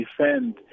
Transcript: defend